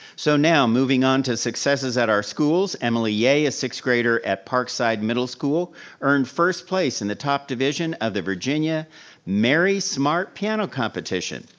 so now, moving on to successes at our schools. emily yay, a sixth grader at park side middle school earned first place in the top division of the virginia mary smart piano competition.